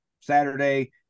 Saturday